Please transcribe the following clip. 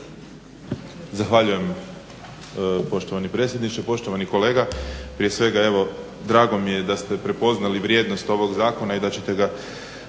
Zahvaljujem poštovani predsjedniče. Poštovani kolega prije svega evo drago mi je da ste prepoznali vrijednost ovog zakona i da ćete ga